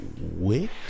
wick